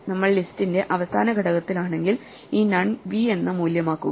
നമ്മൾ ലിസ്റ്റിന്റെ അവസാന ഘടകത്തിലാണെങ്കിൽ ഈ നൺ v എന്ന മൂല്യമാക്കുക